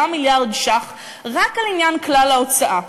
מיליארד ש"ח רק על עניין כלל ההוצאה.